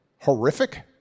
horrific